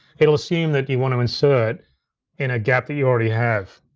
it'll assume that you wanna insert in a gap that you already have.